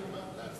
תלמד.